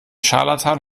scharlatan